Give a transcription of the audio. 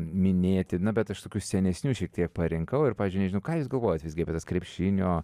minėti na bet aš tokius senesnių šiek tiek parinkau ir pavyzdžiui nežinau ką jūs galvojat vizgi apie tas krepšinio